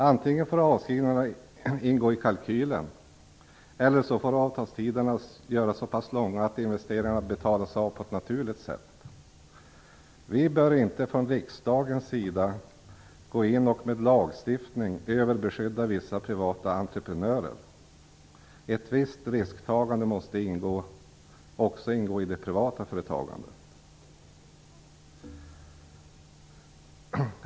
Antingen får avskrivningarna ingå i kalkylen eller också får avtalstiderna göras så långa att investeringarna betalas av på ett naturligt sätt. Vi bör inte från riksdagens sida gå in och med lagstiftning överbeskydda vissa privata entreprenörer. Ett visst risktagande måste också ingå i det privata företagandet.